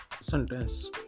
sentence